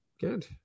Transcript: Good